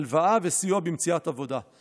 הלוואה וסיוע במציאת עבודה.